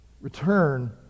Return